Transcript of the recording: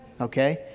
okay